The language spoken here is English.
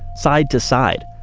side to side.